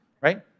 right